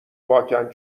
پاکن